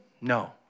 No